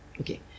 Okay